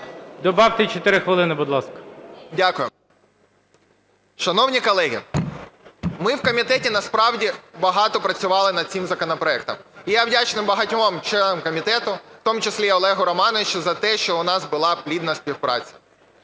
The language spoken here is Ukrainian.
Добавте 4 хвилини, будь ласка. 11:44:14 ЖЕЛЕЗНЯК Я.І. Дякую. Шановні колеги, ми в комітеті, насправді, багато працювали над цим законопроектом. І я вдячний багатьом членам комітету, у тому числі Олегу Романовичу, за те, що у нас була плідна співпраця.